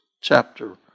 chapter